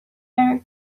very